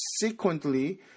subsequently